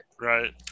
Right